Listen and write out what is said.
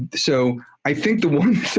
so i think the one